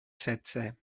setze